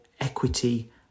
equity